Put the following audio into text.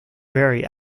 very